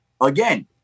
again-